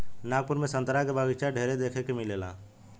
नागपुर में संतरा के बगाइचा ढेरे देखे के मिलेला